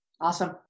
awesome